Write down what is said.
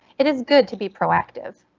it is good to be proactive.